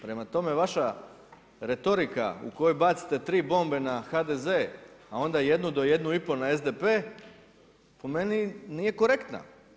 Prema tome, vaša retorika u kojoj bacite tri bombe na HDZ a onda jednu do jednu i pol na SDP po meni nije korektna.